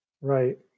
Right